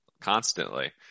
constantly